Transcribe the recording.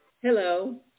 Hello